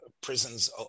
prisons